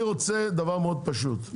אני רוצה דבר מאוד פשוט,